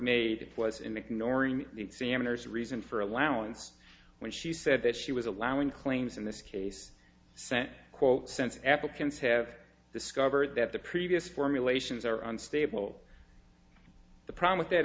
made was in the can or in the examiners reason for allowing when she said that she was allowing claims in this case quote since africans have discovered that the previous formulations are unstable the problem with that